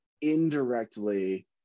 indirectly